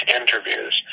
interviews